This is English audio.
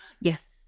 Yes